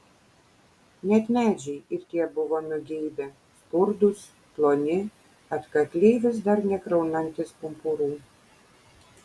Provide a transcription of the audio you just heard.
net medžiai ir tie buvo nugeibę skurdūs ploni atkakliai vis dar nekraunantys pumpurų